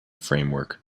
framework